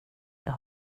jag